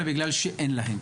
אלא בגלל שאין להם.